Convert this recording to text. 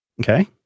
okay